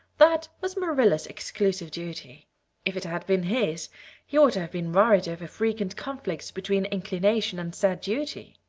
that was marilla's exclusive duty if it had been his he would have been worried over frequent conflicts between inclination and said duty.